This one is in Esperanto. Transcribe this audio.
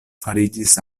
fariĝis